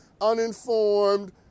uninformed